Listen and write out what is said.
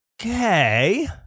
Okay